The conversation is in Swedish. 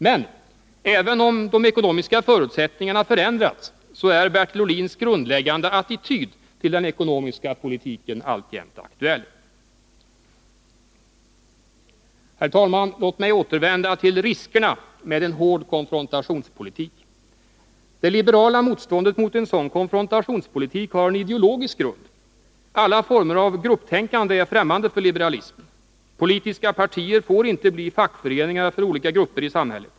Men, även om de ekonomiska förutsättningarna förändrats så är Bertil Ohlins grundläggande attityd till den ekonomiska politiken alltjämt aktuell. Herr talman! Låt mig återvända till riskerna med en hård konfrontationspolitik. Det liberala motståndet mot en sådan konfrontationspolitik har en ideologisk grund. Alla former av grupptänkande är främmande för liberalismen. Politiska partier får inte bli fackföreningar för olika grupper i samhället.